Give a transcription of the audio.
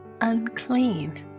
unclean